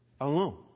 alone